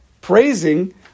praising